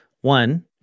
One